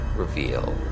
reveal